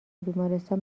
بیمارستان